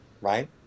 right